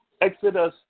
Exodus